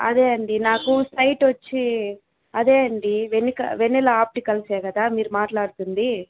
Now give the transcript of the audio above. అదే అండీ నాకు సైట్ వచ్చి అదే అండీ వెన్నెక వెన్నెల ఆప్టికల్స్యే కదా మీరు మాట్లాడుతుంది